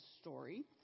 story